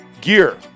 gear